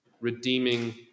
redeeming